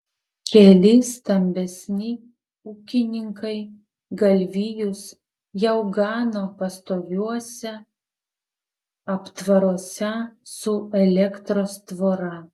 keli stambesni ūkininkai galvijus jau gano pastoviuose aptvaruose su elektros tvora